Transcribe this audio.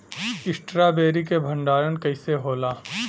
Strawberry के भंडारन कइसे होला?